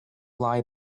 lie